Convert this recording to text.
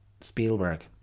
spielberg